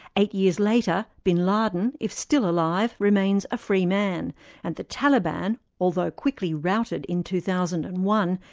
eight years later, bin laden, if still alive, remains a free man and the taliban, although quickly routed in two thousand and one,